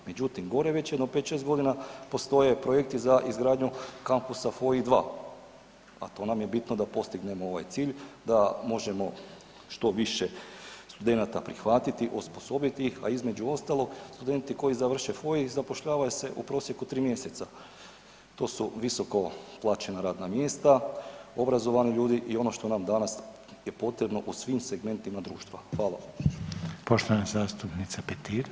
Međutim, gore već jedno 5-6.g. postoje projekti za izgradnju kampusa FOI 2, a to nam je bitno da postignemo ovaj cilj da možemo što više studenata prihvatiti i osposobiti ih a između ostalog studenti koji završe FOI zapošljavaju se u prosjeku tri mjeseca, to su visoko plaćena radna mjesta, obrazovani ljudi i ono što nam danas je potrebno u svim segmentima društva.